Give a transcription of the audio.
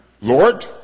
Lord